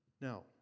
Now